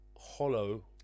hollow